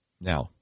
Now